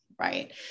Right